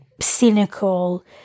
cynical